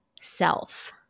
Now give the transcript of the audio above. self